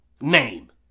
name